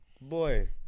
boy